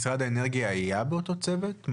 משרד האנרגיה היה באותו צוות?